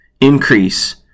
increase